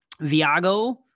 Viago